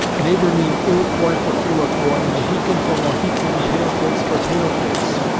neighbor mean iroquois for iroquois, mohican for mohican, pale-face for pale face.